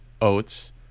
oats